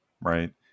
right